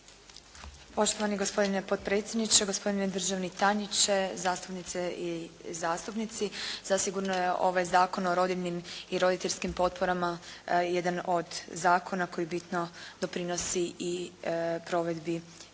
Poštovani gospodine potpredsjedniče, gospodine državni tajniče, zastupnice i zastupnici. Zasigurno je ovaj Zakon o rodiljnim i roditeljskim potporama jedan od zakona koji bitno doprinosi i provedbi